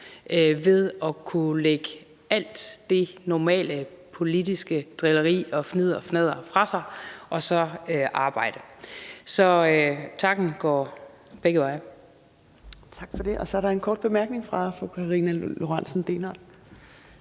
ved at kunne lægge alt det normale politiske drilleri og fnidderfnadder fra sig og så arbejde. Så takken går begge veje. Kl. 13:22 Fjerde næstformand (Trine Torp): Tak for det. Så er der en kort bemærkning fra fru Karina Lorentzen Dehnhardt.